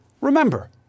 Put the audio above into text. Remember